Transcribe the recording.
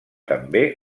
també